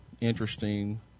interesting